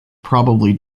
probably